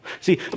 See